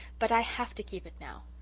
but i have to keep it now.